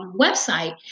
website